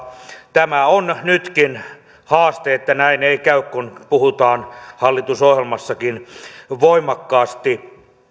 tämä on nytkin haaste että näin ei käy kun puhutaan hallitusohjelmassakin voimakkaasti